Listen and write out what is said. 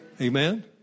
Amen